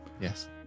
Yes